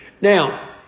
Now